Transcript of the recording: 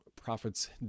Prophets